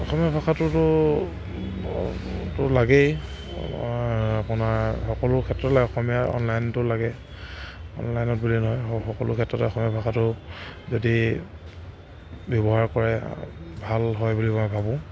অসমীয়া ভাষাটোটোতো লাগেই আপোনাৰ সকলো ক্ষেত্ৰতে অসমীয়াৰ অনলাইনটো লাগে অনলাইনত বুলি নহয় সকলো ক্ষেত্ৰতে অসমীয়া ভাষাটো যদি ব্যৱহাৰ কৰে ভাল হয় বুলি মই ভাবোঁ